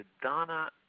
Donna